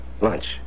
Lunch